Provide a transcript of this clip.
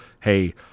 Hey